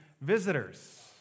visitors